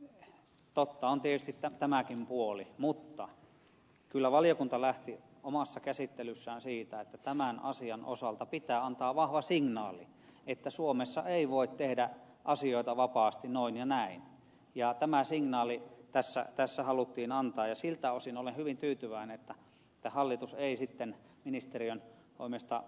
no totta on tietysti tämäkin puoli mutta kyllä valiokunta lähti omassa käsittelyssään siitä että tämän asian osalta pitää antaa vahva signaali että suomessa ei voi tehdä asioita vapaasti noin ja näin ja tämä signaali tässä haluttiin antaa ja siltä osin olen hyvin tyytyväinen että hallitus ei sitten ministeriön toimesta